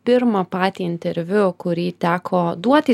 pirmą patį interviu kurį teko duoti